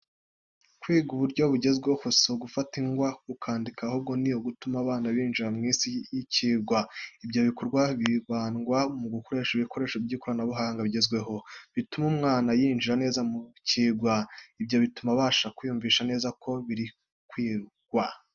Kwiga mu buryo bugezweho si ugufata ingwa ukandika, ahubwo ni ugutuma abana binjira mu isi y'icyigwa. Ibyo bikorwa hibandwa mu gukoresha ibikoresho by'ikoranabuhanga bigezweho bituma umwana yinjira neza mu icyigwa. Ibyo bituma abasha kwiyumvisha neza neza ibirikwigwa.